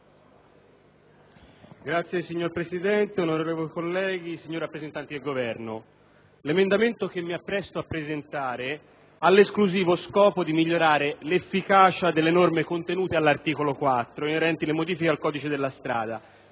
*(PD)*. Signor Presidente, onorevoli colleghi, signori rappresentanti del Governo, l'emendamento 4.0.100, che mi appresto a illustrare, ha l'esclusivo scopo di migliorare l'efficacia delle norme contenute all'articolo 4 inerenti alle modifiche al codice della strada.